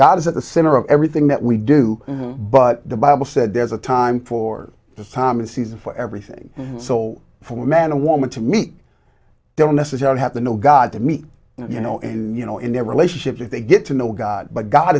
god is at the center of everything that we do but the bible said there's a time for the time a season for everything so for man and woman to meet don't necessarily have to know god to meet you know in you know in their relationship if they get to know god but god